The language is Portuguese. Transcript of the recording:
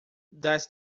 das